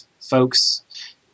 folks